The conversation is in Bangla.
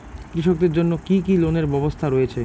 কৃষকদের জন্য কি কি লোনের ব্যবস্থা রয়েছে?